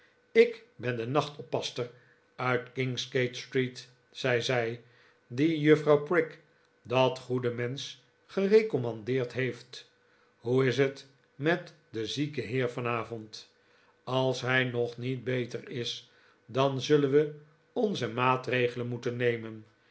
ik ben de nacht oppasster uit kingsgate street zei zij die juffrouw prig dat goede mensch gerecommandeerd heeft hoe is het met den zieken heer vanavond als hij nog niet beter is dan zullen we onze maatregelen moeten nemen